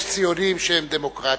יש ציונים שהם דמוקרטים,